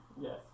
Yes